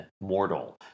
mortal